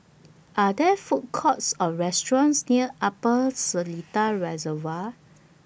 Are There Food Courts Or restaurants near Upper Seletar Reservoir